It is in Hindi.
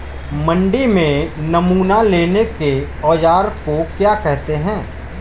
मंडी में नमूना लेने के औज़ार को क्या कहते हैं?